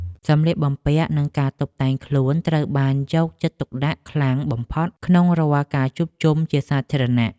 សម្លៀកបំពាក់ និងការតុបតែងខ្លួនត្រូវបានយកចិត្តទុកដាក់ខ្លាំងបំផុតក្នុងរាល់ការជួបជុំគ្នាជាសាធារណៈ។